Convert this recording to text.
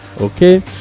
okay